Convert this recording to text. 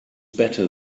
better